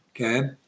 Okay